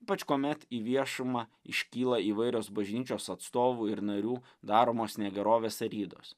ypač kuomet į viešumą iškyla įvairios bažnyčios atstovų ir narių daromos negerovės ar ydos